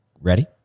Ready